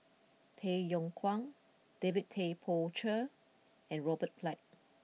Tay Yong Kwang David Tay Poey Cher and Robert Black